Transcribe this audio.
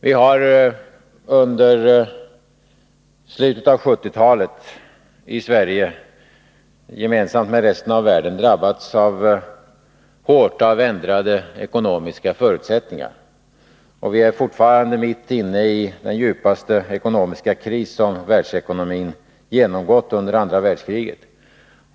Vi har under slutet av 1970-talet i Sverige, gemensamt med resten av världen, drabbats hårt av ändrade ekonomiska förutsättningar. Vi är fortfarande mitt inne i den djupaste ekonomiska kris världsekonomin genomgått efter andra världskriget.